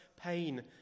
pain